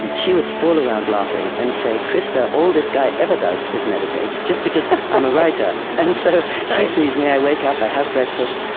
and she would fall around laughing and say, krista, all this guy ever does is meditate. just because i'm a writer. and so she sees me i wake up, i have breakfast,